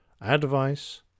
Advice